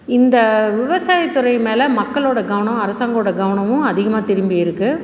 இந்த விவசாயத்துறை மேலே மக்களோட கவனம் அரசாங்கோட கவனமும் அதிகமாக திரும்பி இருக்குது